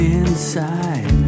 inside